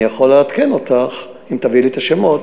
אני יכול לעדכן אותך אם תביאי לי את השמות,